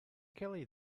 kelly